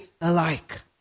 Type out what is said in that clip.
alike